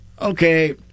okay